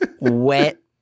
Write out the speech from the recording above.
wet